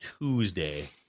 Tuesday